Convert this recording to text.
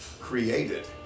created